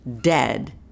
dead